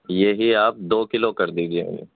یہی آپ دو کلو کر دیجیے ہمیں